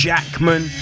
Jackman